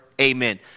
Amen